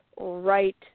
right